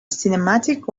cinematic